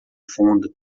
fundo